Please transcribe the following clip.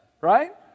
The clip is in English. right